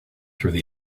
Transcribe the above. through